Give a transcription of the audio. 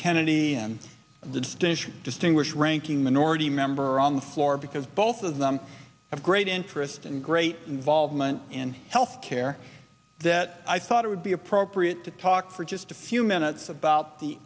kennedy and the distinguished ranking minority member on the floor because both of them have great interest and great volman in health care that i thought it would be appropriate to talk for just a few minutes about the